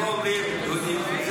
אנחנו לא אומרים --- זו עובדה.